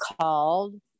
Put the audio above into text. called